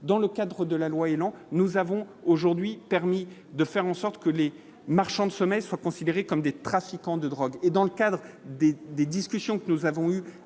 dans le cadre de la loi élan nous avons aujourd'hui permis de faire en sorte que les marchands de sommeil soient considérés comme des trafiquants de drogue et, dans le cadre des discussions que nous avons eu